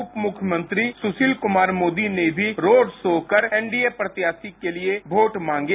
उप मुख्यमंत्री सुशील कुमार मोदी ने भी रोड शो कर एनडीए प्रत्याशी के लिए वोट मांगे